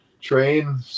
train